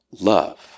Love